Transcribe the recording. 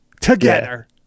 together